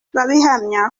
babihamya